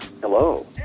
Hello